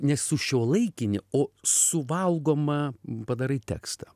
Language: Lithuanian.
nesušiuolaikini o suvalgomą padarai tekstą